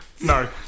No